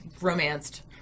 romanced